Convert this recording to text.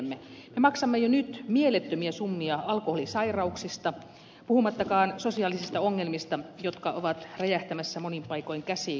me maksamme jo nyt mielettömiä summia alkoholisairauksista puhumattakaan sosiaalisista ongelmista jotka ovat räjähtämässä monin paikoin käsiin